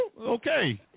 Okay